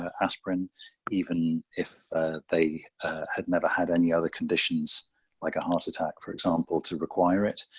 ah aspirin even if they had never had any other conditions like a heart attack for example to require it.